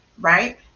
right